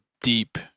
deep